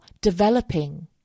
developing